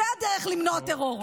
זו הדרך למנוע טרור.